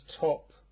top